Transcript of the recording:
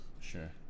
sure